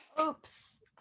Oops